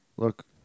Look